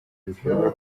bikorwa